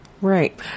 Right